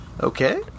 Okay